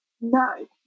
No